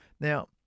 Now